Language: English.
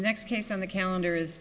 the next case on the calendar is